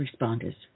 responders